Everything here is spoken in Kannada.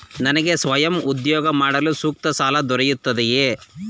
ನನಗೆ ಸ್ವಯಂ ಉದ್ಯೋಗ ಮಾಡಲು ಸೂಕ್ತ ಸಾಲ ದೊರೆಯುತ್ತದೆಯೇ?